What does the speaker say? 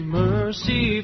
mercy